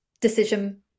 decision